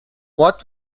what